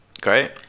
great